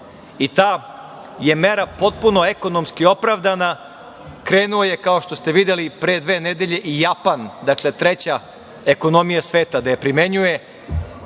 i ta je mera potpuno ekonomski opravdana. Krenuo je kao što ste videli pre dve nedelje i Japan. Dakle, treća ekonomija sveta da je primenjuje.